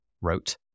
wrote